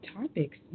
topics